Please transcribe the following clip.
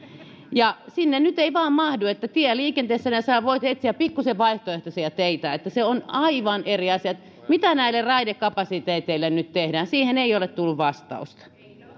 ja sinne nyt ei vain mahdu tieliikenteessä sinä voit etsiä pikkuisen vaihtoehtoisia teitä se on aivan eri asia mitä näille raidekapasiteeteille nyt tehdään siihen ei ole tullut vastausta